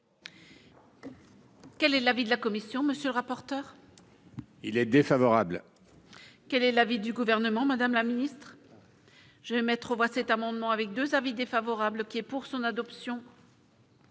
Quel est l'avis de la commission, monsieur le rapporteur. Il est défavorable. Quel est l'avis du gouvernement, Madame la ministre. Je vais mettre aux voix cet amendement avec 2 avis défavorables qui est pour son adoption.